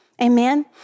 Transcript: amen